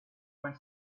went